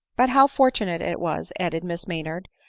but how fortunate it was, added miss maynard,